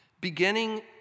beginning